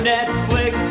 Netflix